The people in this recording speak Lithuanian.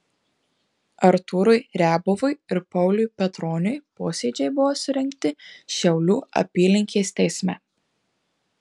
artūrui riabovui ir pauliui petroniui posėdžiai buvo surengti šiaulių apylinkės teisme